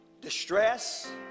Distress